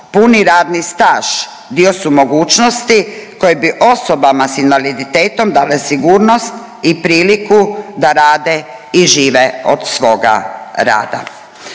puni radni staž dio su mogućnosti koje bi osobama sa invaliditetom dale sigurnost i priliku da rade i žive od svoga rada.